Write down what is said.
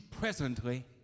presently